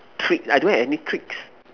treat I don't have any treats